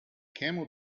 camel